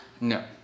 No